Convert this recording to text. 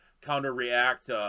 counter-react